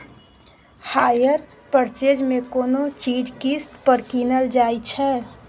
hire purchase मे कोनो चीज किस्त पर कीनल जाइ छै